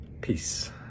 Peace